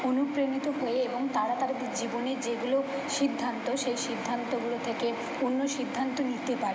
অনুপ্রাণিত হয়ে এবং তারা তাদের জীবনের যেগুলো সিদ্ধান্ত সেই সিদ্ধান্তগুলো থেকে অন্য সিদ্ধান্ত নিতে পারে